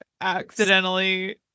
accidentally